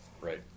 right